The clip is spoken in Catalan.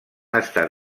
estat